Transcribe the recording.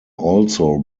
also